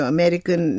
American